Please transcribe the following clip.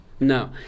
No